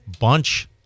bunch